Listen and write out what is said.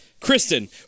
Kristen